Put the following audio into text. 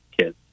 kids